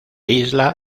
isla